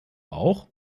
auch